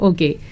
Okay